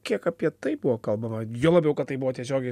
kiek apie tai buvo kalbama juo labiau kad tai buvo tiesiogiai